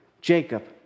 Jacob